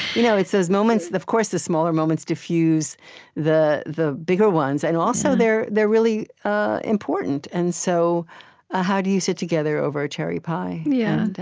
you know it's those moments of course, the smaller moments diffuse the the bigger ones. and also, they're they're really ah important. and so ah how do you sit together over a cherry pie? yeah and